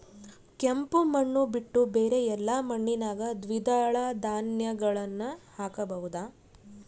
ಕೆಂಪು ಮಣ್ಣು ಬಿಟ್ಟು ಬೇರೆ ಎಲ್ಲಾ ಮಣ್ಣಿನಾಗ ದ್ವಿದಳ ಧಾನ್ಯಗಳನ್ನ ಹಾಕಬಹುದಾ?